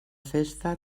festa